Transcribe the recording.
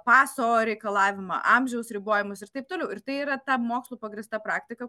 paso reikalavimą amžiaus ribojimus ir taip toliau ir tai yra ta mokslu pagrįsta praktika